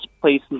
places